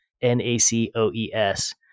N-A-C-O-E-S